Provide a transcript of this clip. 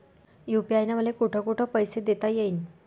UPI न मले कोठ कोठ पैसे देता येईन?